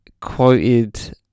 quoted